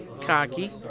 Cocky